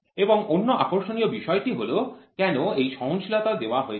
এবং অন্য আকর্ষণীয় বিষয়টি হল কেন এই সহনশীলতা দেওয়া হচ্ছে